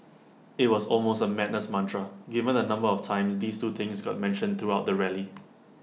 IT was almost A madness mantra given the number of times these two things got mentioned throughout the rally